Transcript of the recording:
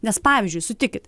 nes pavyzdžiui sutikit